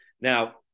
Now